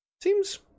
Seems